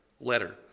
letter